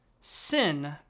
Sin